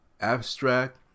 abstract